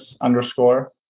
underscore